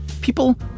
People